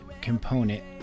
component